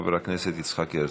חבר הכנסת יצחק הרצוג.